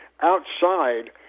outside